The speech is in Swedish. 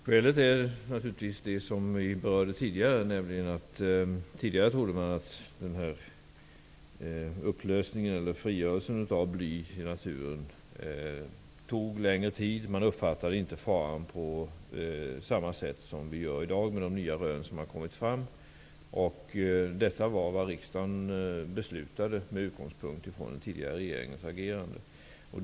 Herr talman! Skälet är naturligtvis det vi berörde tidigare, nämligen att man förut trodde att frigörelsen av bly i naturen tog längre tid. Man uppfattade då inte faran på samma sätt som vi gör i dag, med de nya rön som har kommit fram. Detta var vad riksdagen beslutade, med uppgångspunkt i den tidigare regeringens agerande.